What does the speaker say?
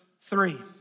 three